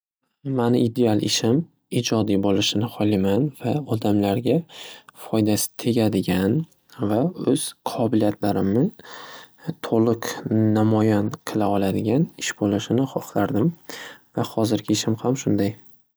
Mani ideal ishim ijodiy bo'lishini xoliman va odamlarga foydasi tegadigan va o'z qobiliyatlarimni to'liq namoyon qila oladigan ish bo'lishini xohlardim va xozirgi ishim ham shunday.